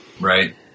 Right